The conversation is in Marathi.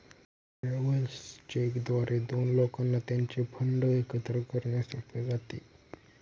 ट्रॅव्हलर्स चेक द्वारे दोन लोकांना त्यांचे फंड एकत्र करणे सोपे जाते